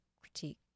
critique